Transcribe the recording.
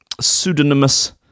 pseudonymous